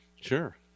sure